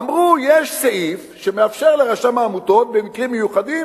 אמרו: יש סעיף שמאפשר לרשם העמותות במקרים מיוחדים